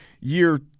year